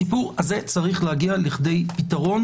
הסיפור הזה צריך להגיע לכדי פתרון